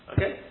Okay